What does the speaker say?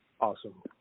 awesome